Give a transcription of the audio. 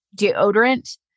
deodorant